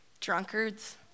drunkards